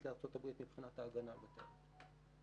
לארצות הברית מבחינת ההגנה על בתי האבות.